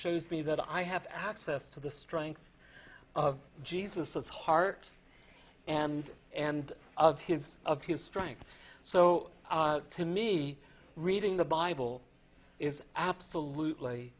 shows me that i have access to the strength of jesus of heart and and of his of his strength so to me reading the bible is absolutely